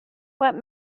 what